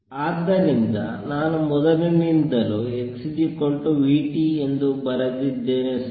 ಆದ್ದರಿಂದ ನಾನು ಮೊದಲಿನಿಂದಲೂ x v t ಎಂದು ಬರೆದಿದ್ದೇನೆ ಸಹ